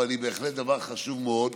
היא בהחלט דבר חשוב מאוד.